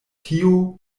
tio